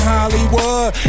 Hollywood